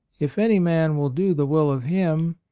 if any man will do the will of him,